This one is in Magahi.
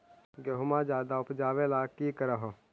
गेहुमा ज्यादा उपजाबे ला की कर हो?